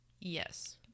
Yes